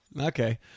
Okay